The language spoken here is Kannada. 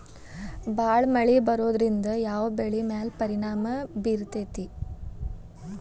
ಭಾಳ ಮಳಿ ಬರೋದ್ರಿಂದ ಯಾವ್ ಬೆಳಿ ಮ್ಯಾಲ್ ಪರಿಣಾಮ ಬಿರತೇತಿ?